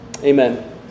Amen